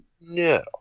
No